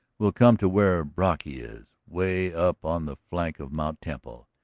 we'll come to where brocky is. way up on the flank of mt. temple.